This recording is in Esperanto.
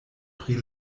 pri